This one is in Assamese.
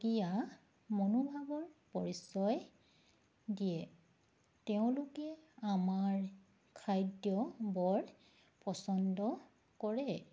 সুকীয়া মনোভাৱৰ পৰিচয় দিয়ে তেওঁলোকে আমাৰ খাদ্য বৰ পচন্দ কৰে